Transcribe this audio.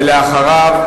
ולאחריו,